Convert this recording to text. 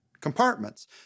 compartments